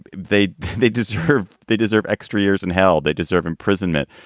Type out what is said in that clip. they they deserve they deserve extra years. and hell, they deserve imprisonment,